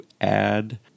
add